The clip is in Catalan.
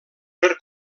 per